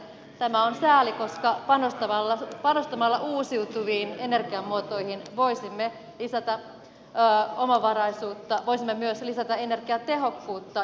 tämä on sääli koska panostamalla uusiutuviin energiamuotoihin voisimme lisätä omavaraisuutta voisimme myös lisätä energiatehokkuutta